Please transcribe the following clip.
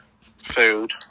food